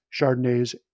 Chardonnays